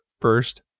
first